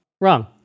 wrong